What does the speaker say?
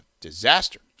disaster